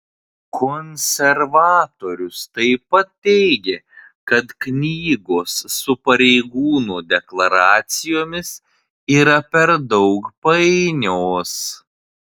konservatorius taip pat teigė kad knygos su pareigūnų deklaracijomis yra per daug painios